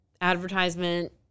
advertisement